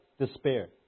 despair